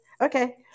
Okay